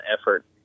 effort